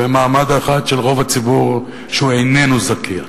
ומעמד אחד של רוב הציבור, שהוא איננו זכיין.